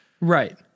right